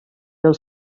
del